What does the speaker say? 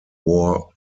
war